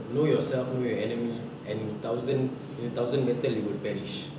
know yourself know your enemy and thousand thousand battle you would perish